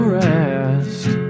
rest